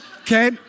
okay